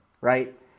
right